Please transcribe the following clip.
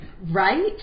Right